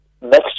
next